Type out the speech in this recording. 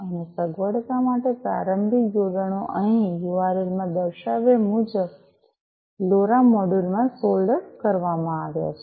અને સગવડતા માટે પ્રારંભિક જોડાણો અહીં યુઆરએલ માં દર્શાવ્યા મુજબ લોરા મોડ્યુલ માં સોલ્ડર સોલ્ડર કરવામાં આવ્યા છે